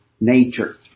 nature